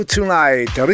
Tonight